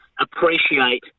appreciate